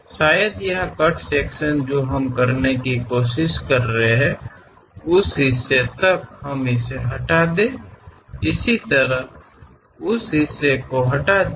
ನಾವು ಕಟ್ ವಿಭಾಗವನ್ನು ಮಾಡಿದರೆ ಬಹುಶಃ ಇಲ್ಲಿ ನಾವು ಮಾಡಲು ಪ್ರಯತ್ನಿಸುತ್ತಿರುವುದು ವಿಭಾಗವನ್ನು ಕತ್ತರಿಸಿ ಅದೇ ರೀತಿ ಆ ಭಾಗದವರೆಗೆ ಅದನ್ನು ತೆಗೆದುಹಾಕಿ